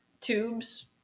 tubes